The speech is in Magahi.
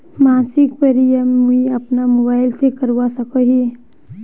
मासिक प्रीमियम मुई अपना मोबाईल से करवा सकोहो ही?